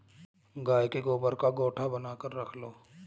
गाय के गोबर का गोएठा बनाकर रख लो